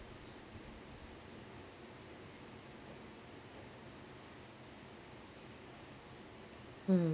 hmm